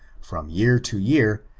from year to year,